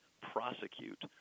prosecute